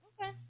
Okay